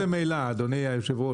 כי זה מצוין ממילא, אדוני היושב-ראש.